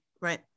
right